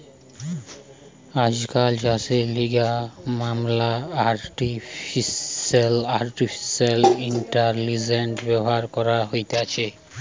আজকাল চাষের লিগে ম্যালা আর্টিফিশিয়াল ইন্টেলিজেন্স ব্যবহার করা হতিছে